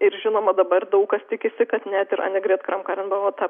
ir žinoma dabar daug kas tikisi kad net ir ane kram karen buvo ta